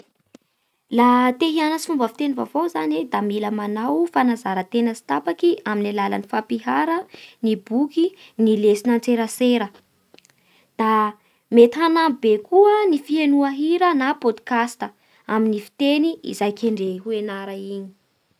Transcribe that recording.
Laha te hianatsy fomba fiteny vaovao zagny e, da mila amanao fanazara-tena tsy tapaky amin' ny alalan'ny fampiahara ny boky ny lesona antserasera. Da mety hanampy koa ny fihenoa hira na podcast amin'ny fiteny izay kendre ho henara igny.